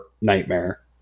nightmare